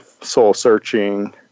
soul-searching